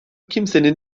kimsenin